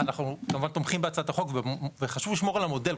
אנחנו כמובן תומכים בהצעת החוק וחשוב לשמור על המודל,